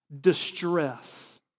distress